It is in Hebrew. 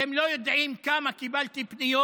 אתם לא יודעים כמה פניות